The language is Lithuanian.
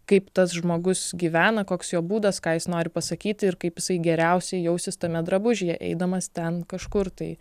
kaip tas žmogus gyvena koks jo būdas ką jis nori pasakyti ir kaip jisai geriausiai jausis tame drabužyje eidamas ten kažkur tai